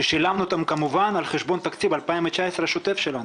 ששילמנו אותם על חשבון תקציב 2019 השוטף שלנו.